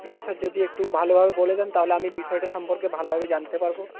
না স্যার যদি একটু ভালোভাবে বলে দেন তাহলে আমি বিষয়টি সম্পর্কে ভালোভাবে জানতে পারবো